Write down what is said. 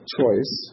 choice